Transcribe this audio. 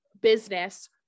business